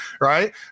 right